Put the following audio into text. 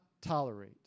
tolerate